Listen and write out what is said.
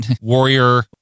Warrior